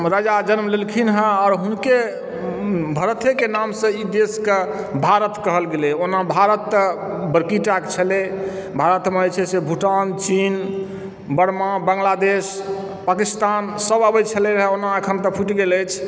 राजा जन्म लेलखिन हँ आओर हुनके भरतेके नामसँ ई देशके भारत कहल गेलय हँ ओना भारत तऽ बड़कीटा कऽ छलह भारतमे जे छै भूटान चीन बर्मा बांग्लादेश पाकिस्तानसभ अबय छलह ओना अखन तऽ फुटि गेल अछि